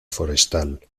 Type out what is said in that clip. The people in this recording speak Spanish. forestal